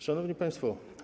Szanowni Państwo!